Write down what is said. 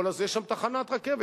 שם זה תחנת רכבת,